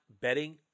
betting